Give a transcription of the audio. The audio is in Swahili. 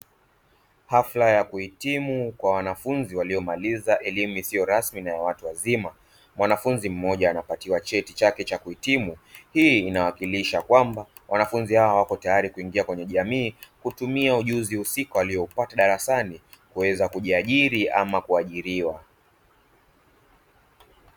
Hafra ya kuhitimu kwa wanafunzi waliomaliza elimu isiyo rasmi na ya watu wazima, mwanafunzi mmoja anapatiwa cheti chake cha kuhitimu. Hii inawakilisha kwamba wanafunzi hawa wako tayari kuingia kwenye jamii kutumia ujuzi husika walioupata darasani kuweza kujiajiri ama kuajiriwa.